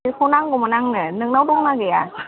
बेखौ नांगौमोन आंनो नोंनाव दंना गैया